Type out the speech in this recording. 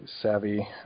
savvy